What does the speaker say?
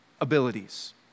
abilities